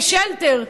ושלטר,